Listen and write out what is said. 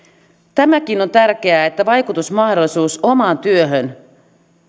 tämäkin on tärkeää että vaikutusmahdollisuuteen omaan työhön